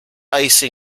ice